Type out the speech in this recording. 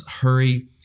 Hurry